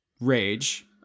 rage